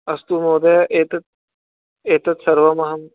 अस्तु महोदय एतत् एतत्सर्वमहं